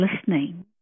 listening